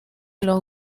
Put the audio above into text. los